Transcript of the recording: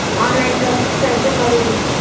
Online tractor कैसे खरदी?